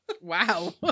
Wow